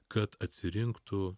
kad atsirinktų